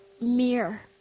mirror